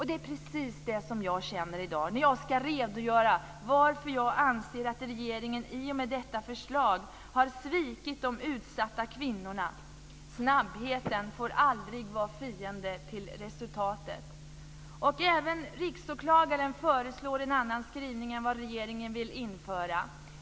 Det är precis det som jag känner i dag när jag ska redogöra för varför jag anser att regeringen i och med detta förslag har svikit de utsatta kvinnorna: Snabbheten får aldrig vara fiende till resultatet. Även Riksåklagaren föreslår en annan skrivning än den regeringen vill införa.